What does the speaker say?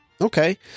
Okay